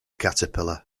caterpillar